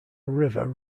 river